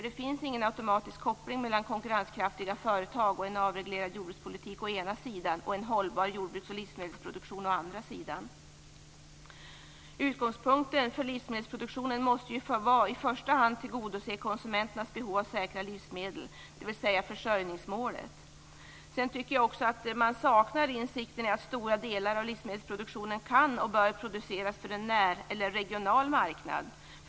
Det finns ingen automatisk koppling mellan konkurrenskraftiga företag och en avreglerad jordbrukspolitik å ena sidan och en hållbar jordbruksoch livsmedelsproduktion å den andra sidan. Utgångspunkten för livsmedelsproduktionen måste ju i första hand vara att tillgodose konsumenternas behov av säkra livsmedel, dvs. försörjningsmålet. Jag tycker att man saknar insikt i att stora delar av livsmedelsproduktionen kan och bör produceras för en regional marknad.